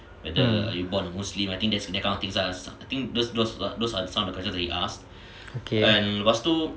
mm okay